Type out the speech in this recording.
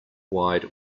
wide